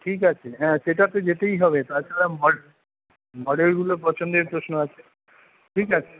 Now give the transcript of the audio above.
ঠিক আছে হ্যাঁ সেটা তো যেতেই হবে তাছাড়া ঘরেরগুলো পছন্দের প্রশ্ন আছে ঠিক আছে